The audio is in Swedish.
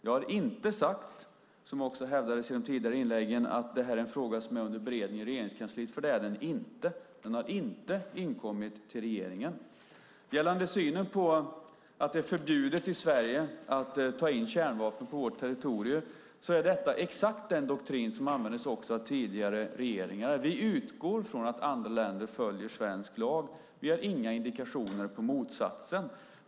Vi har heller inte sagt att det här är en fråga som är under beredning i Regeringskansliet, vilket hävdades i de tidigare inläggen. Det är den inte. Den har inte inkommit till regeringen. Gällande synen på att det är förbjudet i Sverige att ta in kärnvapen på vårt territorium är detta exakt den doktrin som användes också av tidigare regeringar. Vi utgår från att andra länder följer svensk lag. Vi har inga indikationer på motsatsen.